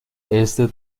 este